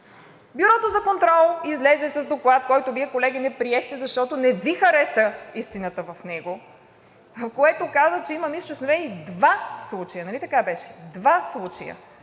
Бюрото за контрол излезе с Доклад, който Вие, колеги, не приехте, защото не Ви хареса истината в него, който каза, мисля, че има установени два случая. Нали така беше? Два случая